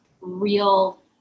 real